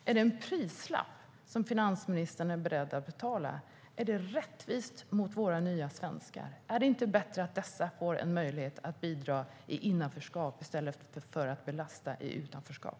Är det ett pris som finansministern är beredd att betala? Är det rättvist mot våra nya svenskar? Är det inte bättre att dessa får en möjlighet att bidra i innanförskap i stället för att belasta i utanförskap?